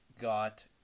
got